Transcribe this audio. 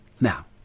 now